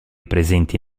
presenti